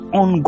on